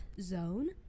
zone